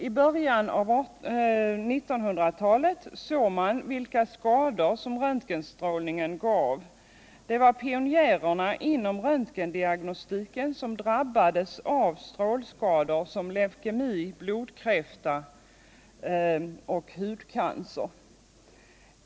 I början av 1900-talet såg man vilka skador röntgenstrålningen gav. Det var pionjärerna inom röntgendiagnostiken som drabbades av strålskador såsom Icukemi, alltså blodkriäfta, och hudcancer.